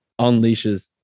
unleashes